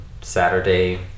Saturday